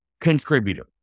contributor